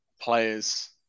players